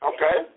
Okay